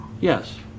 Yes